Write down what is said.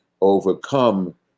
overcome